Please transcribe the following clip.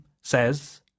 says